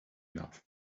enough